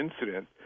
incident